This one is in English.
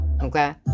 okay